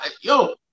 Yo